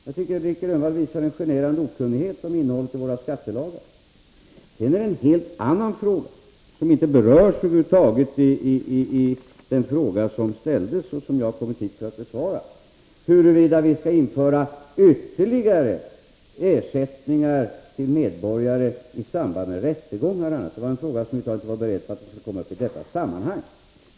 Jag tycker att Nic Grönvall visar en generande okunnighet om = revision innehållet i våra skattelagar. Sedan är det en helt annan fråga — som över huvud taget inte berörs i den fråga som ställdes och som jag har kommit hit för att besvara — huruvida vi skall införa ytterligare ersättningar till medborgare bl.a. i samband med rättegång. Det är en fråga som jag inte var beredd på skulle komma upp i detta sammanhang.